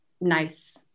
nice